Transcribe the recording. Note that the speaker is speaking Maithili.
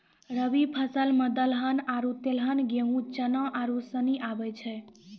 रवि फसल मे दलहन आरु तेलहन गेहूँ, चना आरू सनी आबै छै